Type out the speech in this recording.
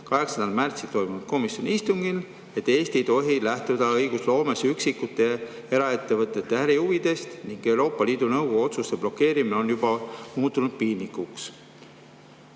8. märtsil toimunud komisjoni istungil, et Eesti ei tohi lähtuda õigusloomes üksikute eraettevõtete ärihuvidest ning [et] Euroopa Liidu Nõukogu otsuse blokeerimine on juba muutunud piinlikuks."